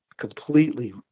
completely